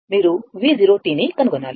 మీరు V0 ను కనుగొనాలి